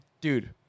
Dude